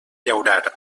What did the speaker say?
llaurar